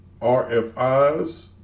RFIs